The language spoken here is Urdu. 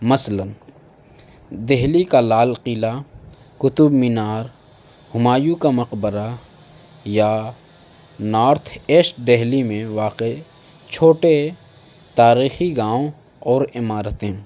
مثلاً دہلی کا لال قلعہ قطب مینار ہمایوں کا مقبرہ یا نارتھ ایسٹ دہلی میں واقع چھوٹے تاریخی گاؤں اور عمارتیں